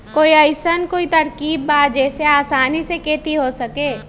कोई अइसन कोई तरकीब बा जेसे आसानी से खेती हो सके?